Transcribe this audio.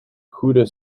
goede